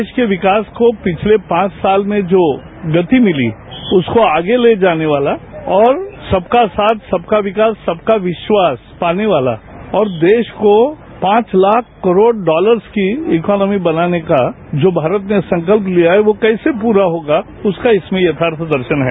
देश के विकास को पिछले पांच साल में जो गति मिली उसको आगे ले जाने वाला और सबका साथ सबका विकास सबका विस्वास पाने वाला और देश को पांच लाख करोड़ डॉलरस की इकोनोमी बनाने का जो भारत ने संकल्प लिया है वो कैसे पूरा होगा उसका इसमें यथार्थ दर्शन है